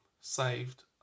Saved